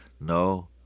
No